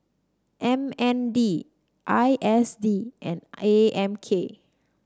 M N D I S D and A M K